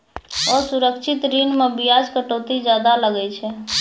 असुरक्षित ऋण मे बियाज कटौती जादा लागै छै